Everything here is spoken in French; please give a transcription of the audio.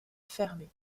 fermé